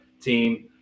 team